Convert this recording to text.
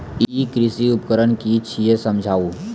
ई कृषि उपकरण कि छियै समझाऊ?